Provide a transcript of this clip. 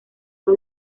los